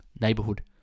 neighborhood